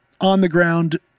on-the-ground